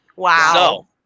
Wow